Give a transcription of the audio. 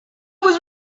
was